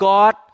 God